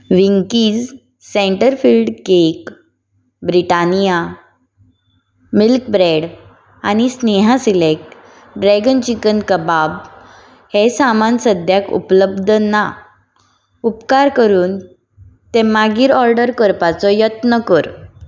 Winkies centre filled cake Britannia milk bread आनी Sneha select dragon chicken kebab हें सामान सद्याक उपलब्ध ना उपकार करून तें मागीर ऑर्डर करपाचो यत्न कर